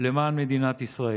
למען מדינת ישראל.